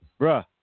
bruh